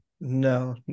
No